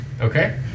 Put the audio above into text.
Okay